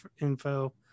info